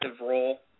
role